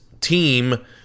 team